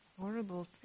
horrible